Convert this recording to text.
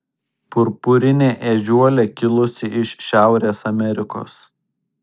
purpurinė ežiuolė kilusi iš šiaurės amerikos